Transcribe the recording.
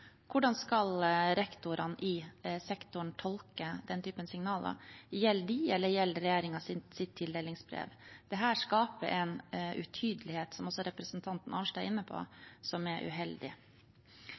Hvordan skal rektorene i sektoren tolke den typen signaler? Gjelder de, eller gjelder regjeringens tildelingsbrev? Dette skaper en utydelighet – som også representanten Arnstad er inne på